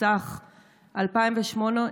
התשס"ח 2008,